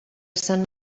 sant